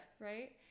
right